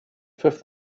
fifth